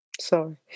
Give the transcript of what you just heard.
sorry